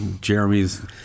Jeremy's